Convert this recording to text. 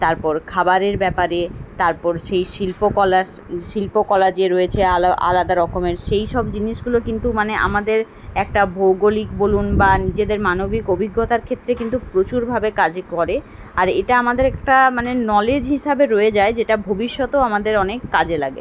তারপর খাবারের ব্যাপারে তারপর সেই শিল্পকলা শিল্পকলা যে রয়েছে আলো আলাদা রকমের সেই সব জিনিসগুলো কিন্তু মানে আমাদের একটা ভৌগোলিক বলুন বা নিজেদের মানবিক অভিজ্ঞতার ক্ষেত্রে কিন্তু প্রচুরভাবে কাজ করে আর এটা আমাদের একটা মানে নলেজ হিসাবে রয়ে যায় যেটা ভবিষ্যতেও আমাদের অনেক কাজে লাগে